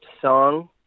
song